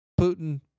Putin